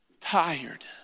Tired